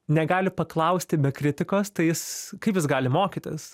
negali paklausti be kritikos tai jis kaip jis gali mokytis